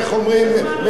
מסדר לי,